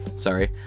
sorry